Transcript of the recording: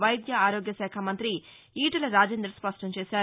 వైద్య ఆరోగ్య శాఖ మంతి ఈటల రాజేందర్ స్పష్టం చేశారు